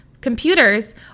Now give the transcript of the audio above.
computers